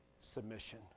Submission